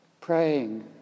Praying